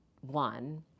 one